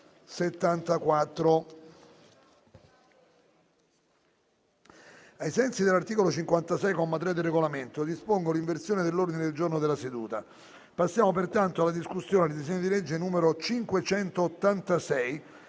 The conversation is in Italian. Ai sensi dell'articolo 56, comma 3, del Regolamento, dispongo l'inversione dell'ordine del giorno della seduta. Passiamo pertanto alla discussione del disegno di legge n. 586,